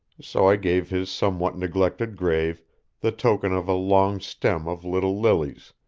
so i gave his somewhat neglected grave the token of a long stem of little lilies,